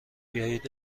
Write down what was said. بیایید